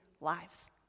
lives